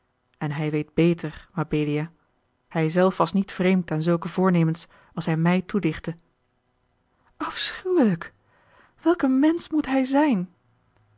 en hij weet beter mabelia hij zelf was niet vreemd aan zulke voornemens als hij mij toedichtte afschuwelijk welk een mensch moet hij zijn